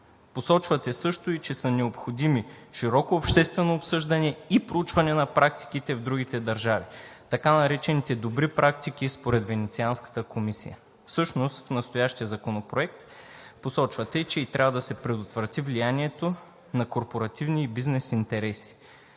Посочвате също и че са необходими широко обществено обсъждане и проучване на практиките в другите държави, така наречените добри практики според Венецианската комисия. Всъщност в настоящия законопроект посочвате, че трябва да се предотврати влиянието на корпоративни и бизнес интереси.